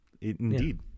Indeed